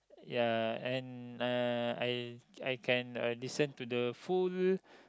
ya and uh I I can uh listen to the full